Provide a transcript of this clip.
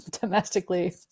domestically